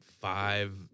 five